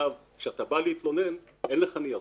כשאתה בא להתלונן, אין לך ניירות,